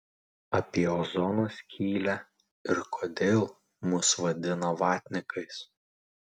apie ozono skylę ir kodėl mus vadina vatnikais